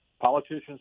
Politicians